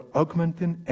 augmenting